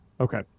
Okay